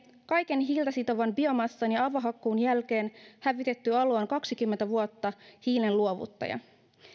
kaiken hiiltä sitovan biomassan ja avohakkuun jälkeen hävitetty alue on kaksikymmentä vuotta hiilen luovuttaja